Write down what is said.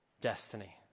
destiny